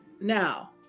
Now